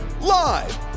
Live